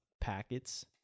packets